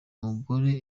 mugore